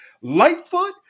Lightfoot